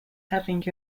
having